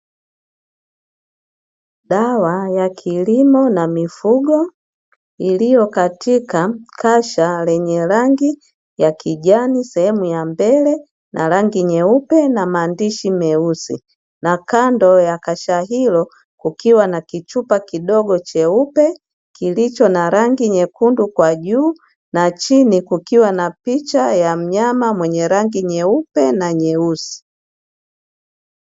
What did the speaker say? Dawa ya kilimo na mifugo, iliyo katika kasha lenye rangi ya kijani sehemu ya mbele na rangi nyeupe na maandishi meusi na kando ya kasha hilo kukiwa na kichupa kidogo cheupe kilicho na rangi nyekundu kwa juu, na chini kukiwa na picha ya mnyama mwenye rangi nyeupe na nyeusi.